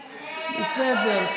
בסדר.